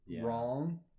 wrong